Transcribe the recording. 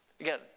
Again